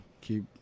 Keep